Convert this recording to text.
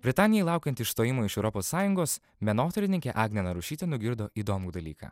britanijai laukiant išstojimo iš europos sąjungos menotyrininkė agnė narušytė nugirdo įdomų dalyką